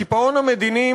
הקיפאון המדיני,